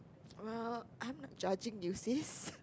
!wow! I'm not judging you sis